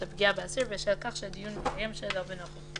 את הפגיעה באסיר בשל כך שהדיון מתקיים שלא בנוכחותו.